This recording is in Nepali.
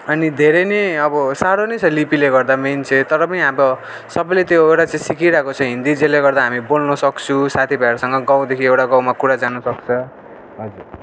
अनि धेरै नै अब साह्रो नै छ लिपिले गर्दा मेन चाहिँ तर पनि अब सबैले त्यही भएर चाहिँ सिकिरहेको छ हिन्दी जसले गर्दा हामी बोल्नु सक्छौँ साथीभाइहरूसँग गाउँदेखि एउटा गाउँमा कुरा जानसक्छ हजुर